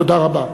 תודה רבה.